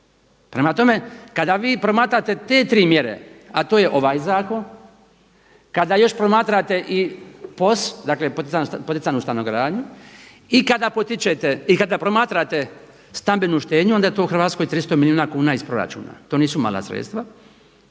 Prema tome, kada vi promatrate te tri mjere a to je ovaj zakon, kada još promatrate i POS, dakle poticanu stanogradnju i kada promatrate stambenu štednju onda je to u Hrvatskoj 300 milijuna kuna iz proračuna. To nisu mala sredstva.